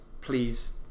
please